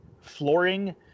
flooring